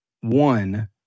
one